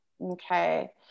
Okay